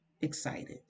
excited